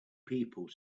people